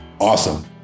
awesome